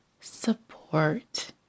support